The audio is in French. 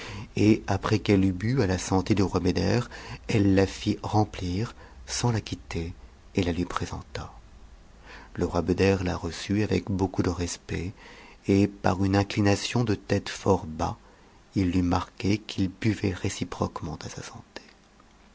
et après qu'elle eut bu à la santé du roi beder elle la fit remplir sans la quitter et la lui présenta le roi beder reçut avec beaucoup de respect et par une inclination de tête fort il lui marqua qu'il buvait réciproquement à sa santé